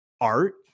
art